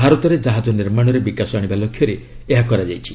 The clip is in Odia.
ଭାରତରେ ଜାହାଜ ନିର୍ମାଣରେ ବିକାଶ ଆଣିବା ଲକ୍ଷ୍ୟରେ ଏହା କରାଯାଇଛି